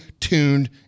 tuned